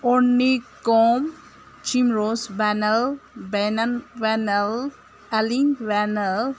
ꯑꯣꯔꯅꯤꯀꯣꯝ ꯆꯤꯝꯔꯣꯁ ꯕꯦꯅꯜ ꯕꯦꯅꯟ ꯕꯦꯅꯜ ꯑꯂꯤꯟ ꯔꯦꯅꯦꯜ